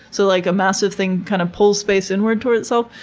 so, like a massive thing kind of pulls space inward toward itself.